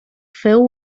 feu